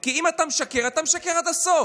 כי אם אתה משקר, אתה משקר עד הסוף.